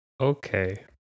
Okay